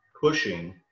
pushing